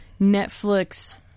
Netflix